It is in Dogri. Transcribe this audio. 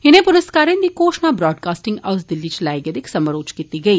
इनें पुरूस्कारें दी घोषणा ब्राडकास्टिक हाऊस दिल्ली इच लाए गेदे इक समारोह इच कीती गेई